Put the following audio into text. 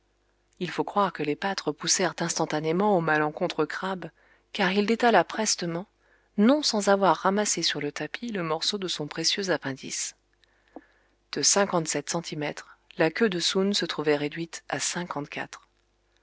il faut croire que les pattes repoussèrent instantanément au malencontreux crabe car il détala prestement non sans avoir ramassé sur le tapis le morceau de son précieux appendice de cinquante-sept centimètres la queue de soun se trouvait réduite à cinquante-quatre